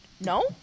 No